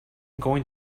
going